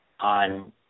on